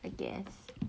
I guess